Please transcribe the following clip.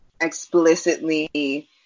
explicitly